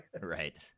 Right